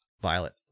Violet